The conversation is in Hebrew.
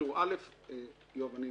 יואב בן צור,